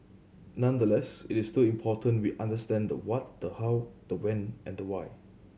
nonetheless it is still important we understand the what the how the when and the why